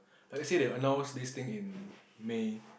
like they say they'll announce this thing in May